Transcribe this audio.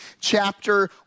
chapter